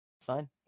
Fine